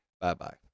Bye-bye